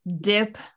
dip